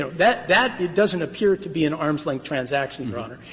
ah that that, it doesn't appear, to be an arm's-length transaction, your honor,